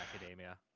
Academia